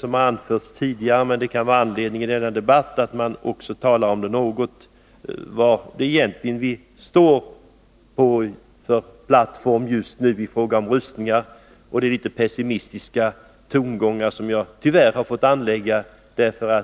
De har anförts tidigare, men det kan finnas anledning att i denna debatt också något tala om vilken plattform vi just nu står på i fråga om rustningar. Och jag har tyvärr fått anlägga litet pessimistiska tongångar, eftersom